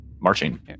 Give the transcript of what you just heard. marching